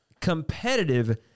competitive